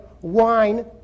wine